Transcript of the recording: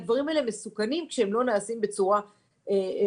הדברים האלה מסוכנים כשהם לא נעשים בצורה נכונה.